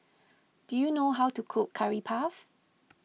do you know how to cook Curry Puff